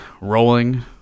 rolling